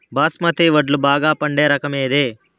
బాస్మతి వడ్లు బాగా పండే రకం ఏది